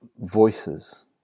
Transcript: voices